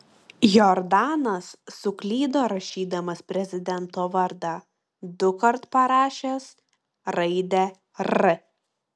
jordanas suklydo rašydamas prezidento vardą dukart parašęs raidę r